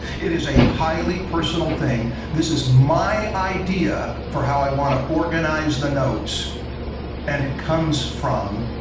it is a highly personal thing, this is my idea for how i want to organize the notes and it comes from,